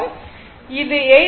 இது 8